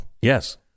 yes